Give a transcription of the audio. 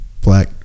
Black